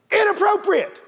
Inappropriate